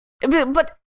But-